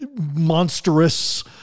monstrous